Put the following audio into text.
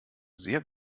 sehr